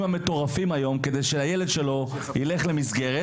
המטורפים היום כדי שהילד שלו יילך למסגרת,